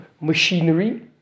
machinery